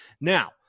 Now